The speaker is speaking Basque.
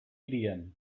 hirian